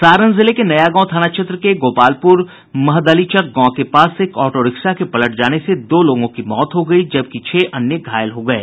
सारण जिले में नयागांव थाना क्षेत्र के गोपालपुर महदलीचक गांव के पास एक ऑटोरिक्शा के पलटने से दो लोगों की मौत हो गई जबकि छह अन्य घायल हो गये